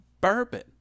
bourbon